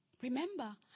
Remember